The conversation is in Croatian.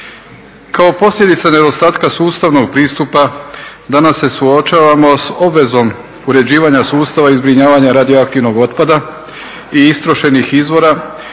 Kao posljedica nedostatka sustavnog pristupa danas se suočavamo s obvezom uređivanja sustava i zbrinjavanja radioaktivnog otpada i istrošenih izvora